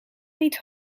niet